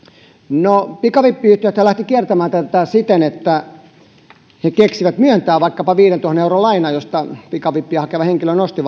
no pikavippiyhtiöthän lähtivät kiertämään tätä siten että he keksivät myöntää vaikkapa viidentuhannen euron lainan josta pikavippiä hakeva henkilö nosti